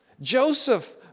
Joseph